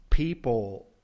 people